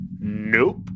Nope